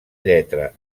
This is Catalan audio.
lletra